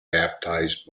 baptized